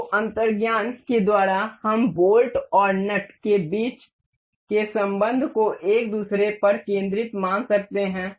ओ अंतर्ज्ञान के द्वारा हम बोल्ट और नट के बीच के संबंध को एक दूसरे पर केंद्रित मान सकते हैं